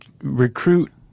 recruit